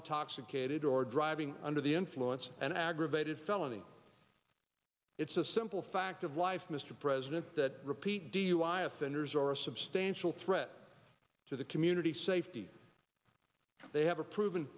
intoxicated or driving under the influence an aggravated felony it's a simple fact of life mr president that repeat dui offenders or a substantial threat to the community safety they have a proven